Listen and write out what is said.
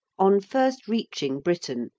on first reaching britain,